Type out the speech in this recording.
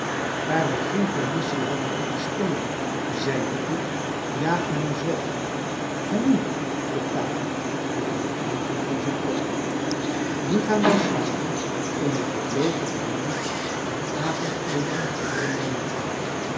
wij geen permissie hadden om te spelen zeide ik jaagt men ons weg en nu vroeg capi met een beweging van zijn kop nu gaan wij slapen onder den blooten hemel en avondeten hebben wij niet